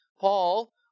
Paul